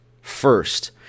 first